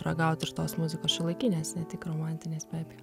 ragauti ir tos muzikos šiuolaikinės ne tik romantinės be abejo